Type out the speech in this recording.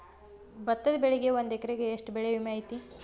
ಭತ್ತದ ಬೆಳಿಗೆ ಒಂದು ಎಕರೆಗೆ ಎಷ್ಟ ಬೆಳೆ ವಿಮೆ ಐತಿ?